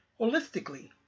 holistically